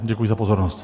Děkuji za pozornost.